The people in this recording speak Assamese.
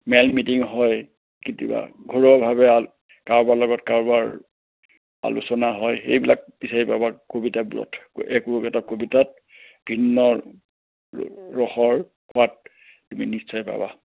মেল মিটিং হয় কেতিয়াবা ঘৰুৱাভাৱে কাৰোবাৰ লগত কাৰোবাৰ আলোচনা হয় সেইবিলাক বিচাৰি পাবা কবিতাবোৰত একো একোটা কবিতাত ভিন্ন ৰ ৰসৰ সোৱাদ তুমি নিশ্চয় পাবা